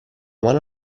mano